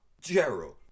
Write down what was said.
gerald